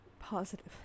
positive